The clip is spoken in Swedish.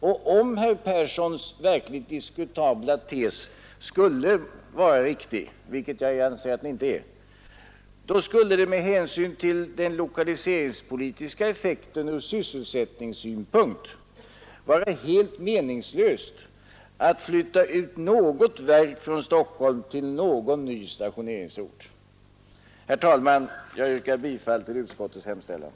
Och om herr Perssons verkligt diskutabla tes skulle vara riktig — vilket jag anser att den inte är — skulle det lokaliseringspolitiskt och sysselsättningsmässigt vara helt meningslöst att flytta ut något enda verk från Stockholm till någon ny stationeringsort. Herr talman! Jag yrkar bifall till utskottets hemställan.